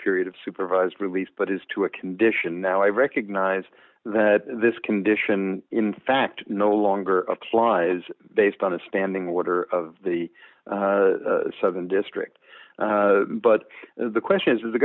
period of supervised release but is to a condition now i recognize that this condition in fact no longer applies based on the standing water of the southern district but the question is does the